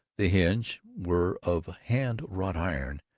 the hinge were of hand-wrought iron,